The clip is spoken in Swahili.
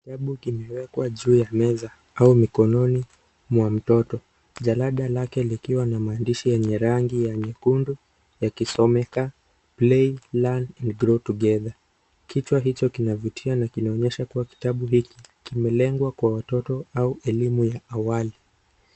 Kitabu kimewekwa juu ya meza au mikononi mwa mtoto; jalada lake likiwa na maandishi ya rangi ya nyekundu yakisomeka Play, Learn and Grow Together . Kichwa hicho kinavutia na kinaonyesha kuwa kitabu hiki kimelengwa kwa watoto au elimu ya awali.